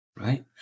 Right